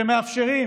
שמאפשרים